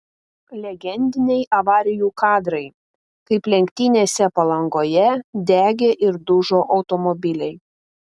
legendiniai avarijų kadrai kaip lenktynėse palangoje degė ir dužo automobiliai